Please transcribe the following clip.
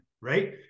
right